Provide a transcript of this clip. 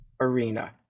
arena